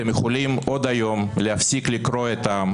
אתם יכולים עוד היום להפסיק לקרוע את העם,